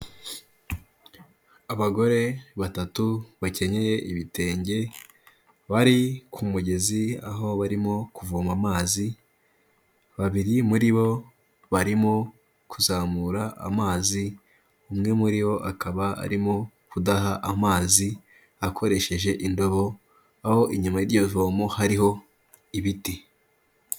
Abagore batatu bakenyeye ibitenge bari ku mugezi aho barimo kuvoma amazi. Babiri muri bo barimo kuzamura amazi. Umwe muri bo akaba arimo kudaha amazi akoresheje indobo. Aho inyuma y'iryo vomo hariho ibiti.